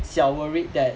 小 worried that